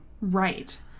Right